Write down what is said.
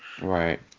right